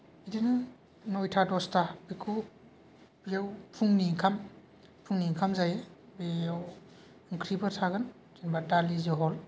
बिदिनो नयथा दसता बेखौ बेयाव फुंनि ओंखाम फुंनि ओंखाम जायो बेयाव ओंख्रिफोर थागोन जेनबा दालि झल